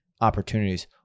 opportunities